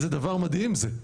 איזה דבר מדהים זה,